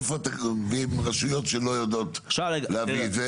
איפה מביאים רשויות שלא יודעים להביא את זה,